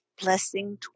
Blessing